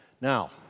Now